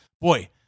boy